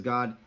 God